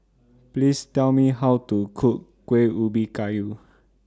Please Tell Me How to Cook Kuih Ubi Kayu